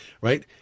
Right